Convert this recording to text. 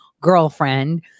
girlfriend